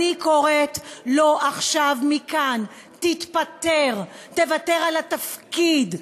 אני קוראת לו עכשיו מכאן: תתפטר, תוותר על התפקיד.